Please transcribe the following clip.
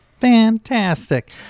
Fantastic